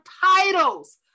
titles